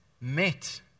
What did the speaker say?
met